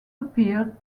appeared